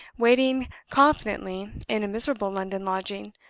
waiting confidently in a miserable london lodging,